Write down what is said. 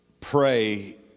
pray